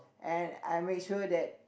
and I make sure that